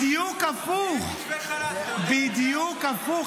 בדיוק הפוך, בדיוק הפוך.